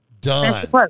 Done